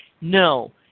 No